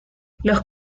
los